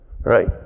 Right